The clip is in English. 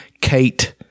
Kate